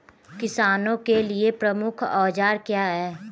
किसानों के लिए प्रमुख औजार क्या हैं?